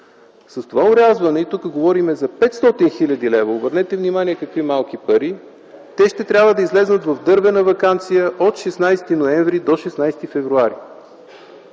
С това орязване – тук говорим за 500 хил. лв., обърнете внимание колко малко пари, те ще трябва да излязат в дървена ваканция от 16 ноември до 16 февруари.